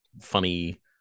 funny